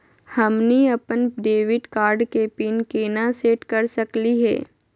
हमनी अपन debit card के पीन केना सेट कर सकली हे?